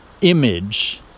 image